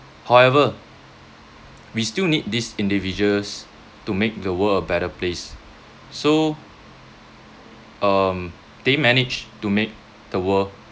however we still need these individuals to make the world a better place so um they managed to make the world